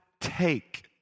take